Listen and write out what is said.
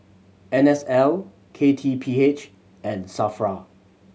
N S L K T P H and SAFRA